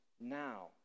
now